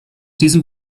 diesem